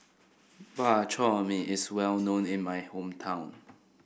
Bak Chor Mee is well known in my hometown